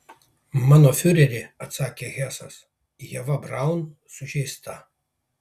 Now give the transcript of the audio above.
mano fiureri atsakė hesas ieva braun sužeista